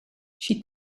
she